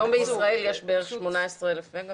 היום בישראל יש בערך 18,000 מגה-ואט.